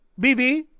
BV